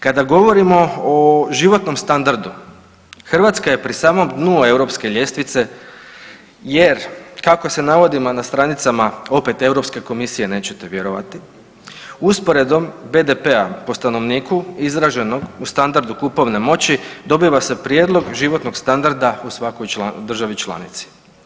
Kada govorimo o životnom standardu Hrvatska je pri samom dnu europske ljestvice jer kako se navodimo na stranicama opet Europske komisije nećete vjerovati, usporedbom BDP-a po stanovniku izraženog u standardu kupovne moći dobiva se prijedlog životnog standarda u svakoj državi članici.